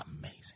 Amazing